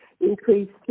increased